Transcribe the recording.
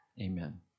Amen